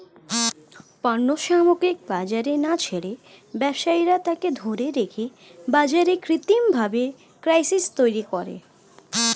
পণ্য সামগ্রী বাজারে না ছেড়ে ব্যবসায়ীরা তাকে ধরে রেখে বাজারে কৃত্রিমভাবে ক্রাইসিস তৈরী করে